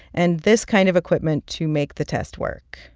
and this kind of equipment to make the test work.